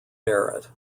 barrett